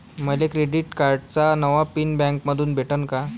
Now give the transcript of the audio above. मले क्रेडिट कार्डाचा नवा पिन बँकेमंधून भेटन का?